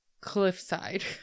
cliffside